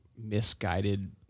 misguided